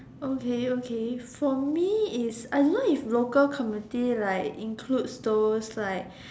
okay okay for me is I don't know if local community like include those like